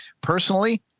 personally